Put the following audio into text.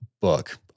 book